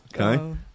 Okay